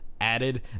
added